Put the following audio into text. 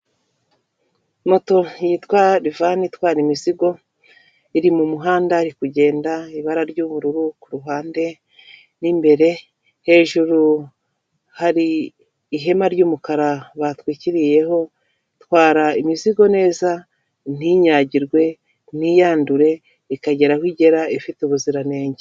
Moto yitwa rivani itwara imizigo iri mu muhanda iri kugenda, ibara ry'ubururu ku ruhande n'imbere, hejuru hari ihema ry'umukara batwikiriyeho, itwara imizigo neza ntinyagirwe, mwiyandure, ikagera aho igera ifite ubuziranenge.